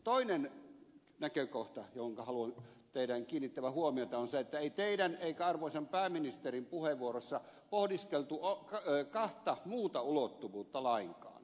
toinen näkökohta johon haluan teidän kiinnittävän huomiota on se että ei teidän eikä arvoisan pääministerin puheenvuoroissa pohdiskeltu kahta muuta ulottuvuutta lainkaan